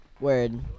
Word